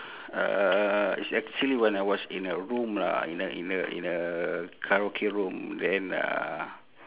uh it's actually when I was in a room lah in a in a in a karaoke room then uh